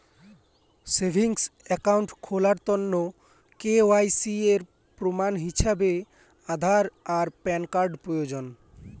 savings account খুলার তন্ন KYC এর প্রমাণ হিছাবে আধার আর প্যান কার্ড প্রয়োজন